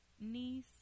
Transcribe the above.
niece